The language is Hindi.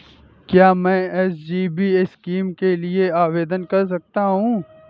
क्या मैं एस.जी.बी स्कीम के लिए आवेदन कर सकता हूँ?